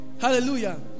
Hallelujah